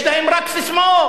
יש להם רק ססמאות.